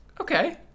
okay